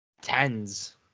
tens